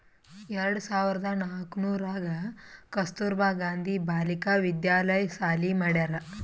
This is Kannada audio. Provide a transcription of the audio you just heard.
ಎರಡು ಸಾವಿರ್ದ ನಾಕೂರ್ನಾಗ್ ಕಸ್ತೂರ್ಬಾ ಗಾಂಧಿ ಬಾಲಿಕಾ ವಿದ್ಯಾಲಯ ಸಾಲಿ ಮಾಡ್ಯಾರ್